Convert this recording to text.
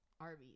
Arby's